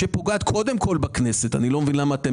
שפוגעת קודם כול בכנסת אני לא מבין למה אתם